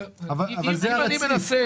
בדיון הבא נקבל תשובה.